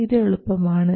ഇത് എളുപ്പം ആണ്